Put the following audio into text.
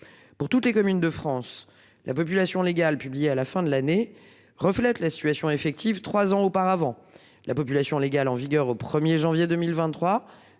Pour toutes les communes de France, la population légale publié à la fin de l'année, reflète la situation effective. 3 ans auparavant. La population légale en vigueur au 1er janvier 2023